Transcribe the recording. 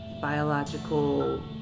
biological